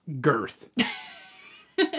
Girth